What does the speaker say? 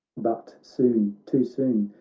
but soon, too soon,